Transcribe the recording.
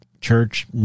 church